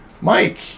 Mike